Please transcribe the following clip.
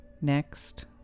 next